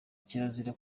kirazira